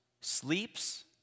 sleeps